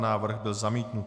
Návrh byl zamítnut.